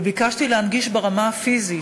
וביקשתי להנגיש ברמה הפיזית.